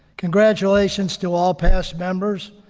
congratulations to all past members,